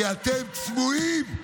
כי אתם צבועים.